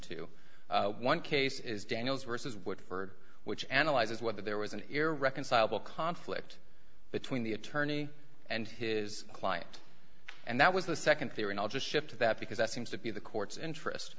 to one case is daniel's worse is what for which analyzes whether there was an irreconcilable conflict between the attorney and his client and that was the second theory and i'll just skip to that because that seems to be the court's interest